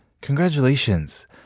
congratulations